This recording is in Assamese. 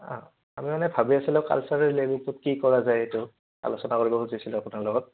অঁ আমি মানে ভাবি আছিলোঁ কালচাৰেল ৰেলীটো কি কৰা যায় এইটো আলোচনা কৰিব খুজিছিলোঁ আপোনাৰ লগত